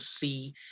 see